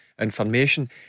information